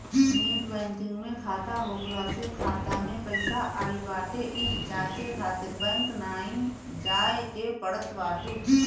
net banking में खाता होखला से खाता में पईसा आई बाटे इ जांचे खातिर बैंक नाइ जाए के पड़त बाटे